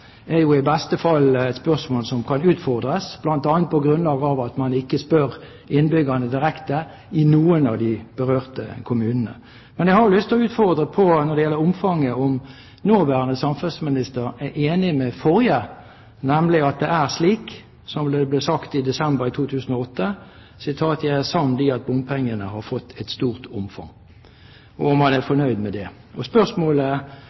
er i beste fall et spørsmål som kan utfordres, bl.a. på grunnlag av at man ikke spør innbyggerne direkte i noen av de berørte kommunene. Jeg har lyst til å utfordre når det gjelder omfanget, på om nåværende samferdselsminister er enig med den forrige i det som ble sagt i desember 2008, «Eg er samd i at bompengefinansiering har fått eit stort omfang», og om man er fornøyd med det. Oppfølgingsspørsmålet er: